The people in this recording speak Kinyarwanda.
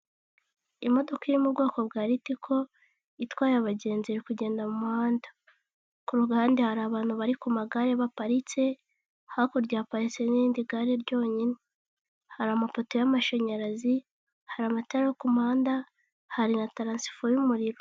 Imodoka iri mu bwoko bwa ritiko itwaye abagenzi iri kugenda mu muhanda ku ruhande hari abantu bari ku magare baparitse hakurya haparitse n'irindi gare ryonyine hari amapoto y'amashanyarazi hari amatara yo ku muhanda hari na tarasifo y'umuriro.